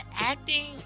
acting